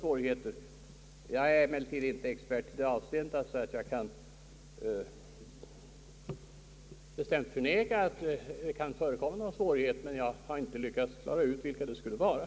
Jag är personligen inte expert i detta avseende så att jag bestämt kan förneka att några svårigheter skulle möta, men jag har som sagt inte lyckats klara ut vilka det skulle vara.